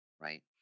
right